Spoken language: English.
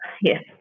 yes